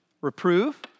reprove